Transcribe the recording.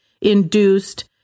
induced